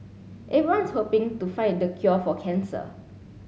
everyone's hoping to find the cure for cancer